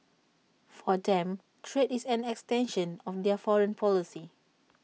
for them trade is an extension of their foreign policy